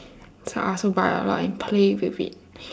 so I also buy a lot and play with it